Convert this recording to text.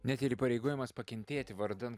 net ir įpareigojimas pakentėti vardan